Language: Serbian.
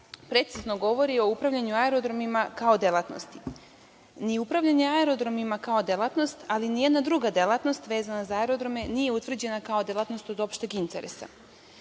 precizno govori o upravljanju aerodromima kao delatnost. Ni upravljanje aerodromima, kao delatnost, ali ni jedna druga delatnost vezana za aerodrome nije utvrđena kao delatnost od opšteg interesa,